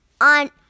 On